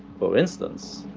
for instance,